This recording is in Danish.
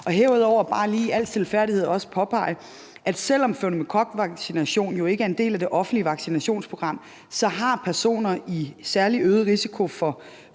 vil jeg også bare lige i al stilfærdighed påpege, at selv om en pneumokokvaccination ikke er en del af det offentlige vaccinationsprogram, så har personer, som er i særlig øget risiko for